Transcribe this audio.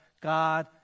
God